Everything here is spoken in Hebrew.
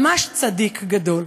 ממש צדיק גדול.